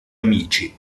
amici